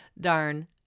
darn